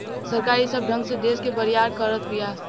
सरकार ई सब ढंग से देस के बरियार करत बिया